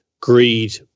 greed